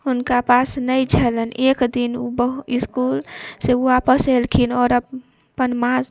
हुनका पास नहि छलनि एक दिन ओ बहुत इसकुल से आपस एलखिन आओर अपन माँ